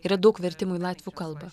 yra daug vertimų į latvių kalba